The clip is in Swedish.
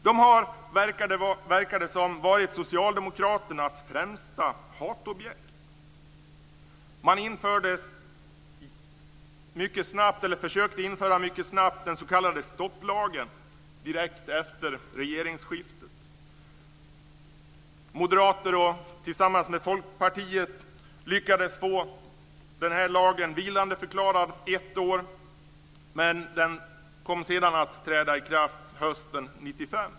De verkar ha varit Socialdemokraternas främsta hatobjekt. Man försökte mycket snabbt införa den s.k. Moderaterna lyckades tillsammans med Folkpartiet få den här lagen vilandeförklarad i ett år men den kom sedan att träda i kraft hösten 1995.